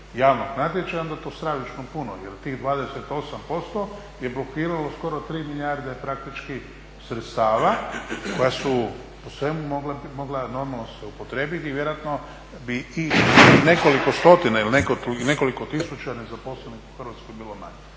javnog natječaja onda je to stravično puno. Jer tih 28% je blokiralo skoro 3 milijarde praktički sredstava koja su u svemu mogla normalno se upotrijebiti i vjerojatno bi i nekoliko stotina ili nekoliko tisuća nezaposlenih u Hrvatskoj bilo manje.